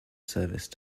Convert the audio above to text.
service